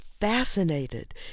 fascinated